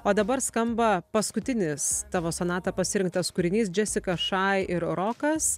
o dabar skamba paskutinis tavo sonata pasirinktas kūrinys džesika shy ir rokas